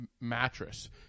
mattress